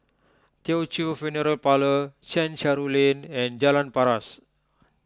Teochew Funeral Parlour Chencharu Lane and Jalan Paras